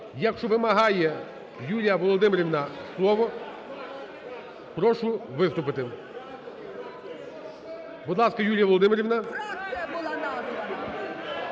Якщо вимагає Юлія Володимирівна слово, прошу виступити. Будь ласка, Юлія Володимирівна.